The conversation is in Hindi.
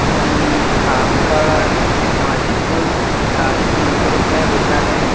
जी आपका मासिक शुल्क साढ़े तीन सौ रुपये होता है